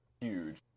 huge